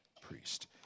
priest